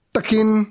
Takin